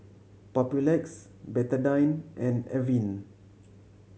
Papulex Betadine and Avene